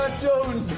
ah don't